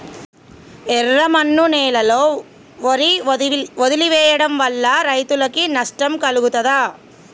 ఎర్రమన్ను నేలలో వరి వదిలివేయడం వల్ల రైతులకు నష్టం కలుగుతదా?